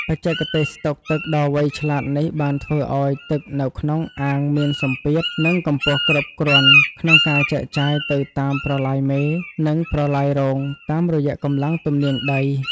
បច្ចេកទេសស្តុកទឹកដ៏វៃឆ្លាតនេះបានធ្វើឱ្យទឹកនៅក្នុងអាងមានសម្ពាធ និងកម្ពស់គ្រប់គ្រាន់ក្នុងការចែកចាយទៅតាមប្រឡាយមេ និងប្រឡាយរងតាមរយៈកម្លាំងទំនាញដី។